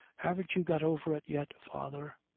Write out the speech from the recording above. haven't you got over it yet, father?